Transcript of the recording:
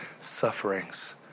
sufferings